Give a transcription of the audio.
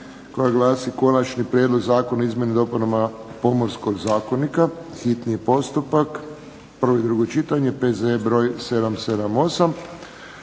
koja glasi - Konačni prijedlog Zakona o izmjenama i dopunama Pomorskog zakonika, hitni postupak, prvo i drugo čitanje, P.Z.E. br. 778